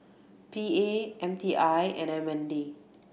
P A M T I and M N D